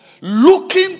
Looking